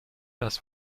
das